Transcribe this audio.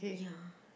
ya